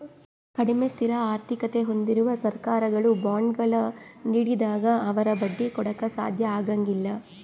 ಕಡಿಮೆ ಸ್ಥಿರ ಆರ್ಥಿಕತೆ ಹೊಂದಿರುವ ಸರ್ಕಾರಗಳು ಬಾಂಡ್ಗಳ ನೀಡಿದಾಗ ಅವರು ಬಡ್ಡಿ ಕೊಡಾಕ ಸಾಧ್ಯ ಆಗಂಗಿಲ್ಲ